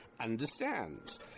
understands